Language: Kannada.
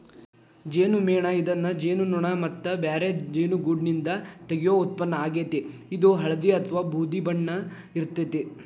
ಜೇನುಮೇಣ ಇದನ್ನ ಜೇನುನೋಣ ಮತ್ತ ಬ್ಯಾರೆ ಜೇನುಗೂಡ್ನಿಂದ ತಗಿಯೋ ಉತ್ಪನ್ನ ಆಗೇತಿ, ಇದು ಹಳ್ದಿ ಅತ್ವಾ ಬೂದಿ ಬಣ್ಣ ಇರ್ತೇತಿ